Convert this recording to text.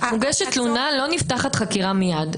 מוגשת תלונה שתינו יודעות שלא נפתחת חקירה מייד.